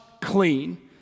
clean